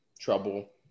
trouble